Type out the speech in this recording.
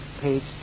page